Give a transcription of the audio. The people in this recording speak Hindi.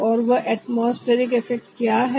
और वह एटमॉस्फेरिक इफेक्ट क्या है